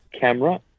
camera